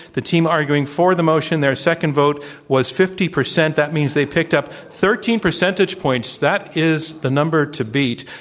the team arguing for the motion, their second vote was fifty percent. that means they picked up thirteen percentage points. that is the number to beat.